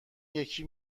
یکی